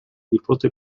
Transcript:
nipote